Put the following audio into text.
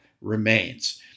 remains